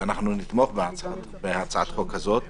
ואנחנו נתמוך בהצעת החוק הזאת,